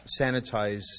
sanitize